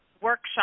workshop